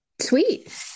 sweet